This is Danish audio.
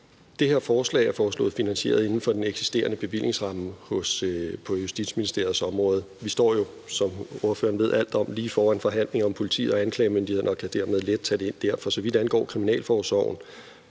Det her forslag er foreslået finansieret inden for den eksisterende bevillingsramme på Justitsministeriets område. Vi står jo, hvad ordføreren ved alt om, lige foran forhandlinger om politiet og anklagemyndigheden og kan dermed let tage det ind der. For så vidt angår kriminalforsorgen